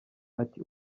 ati